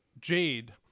Jade